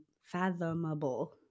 fathomable